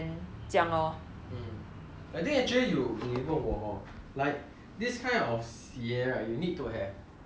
I think actually you 你有问我 hor like 这种鞋 right you need to have certain uh name [one]